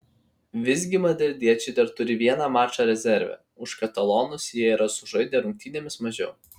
visgi madridiečiai dar turi vieną mačą rezerve už katalonus jie yra sužaidę rungtynėmis mažiau